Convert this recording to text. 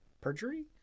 Perjury